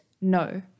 No